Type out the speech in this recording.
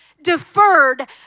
deferred